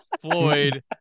Floyd